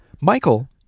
Michael